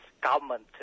Government